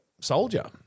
soldier